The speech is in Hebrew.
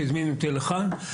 שהזמין אותי לכאן.